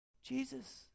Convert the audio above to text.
Jesus